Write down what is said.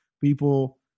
people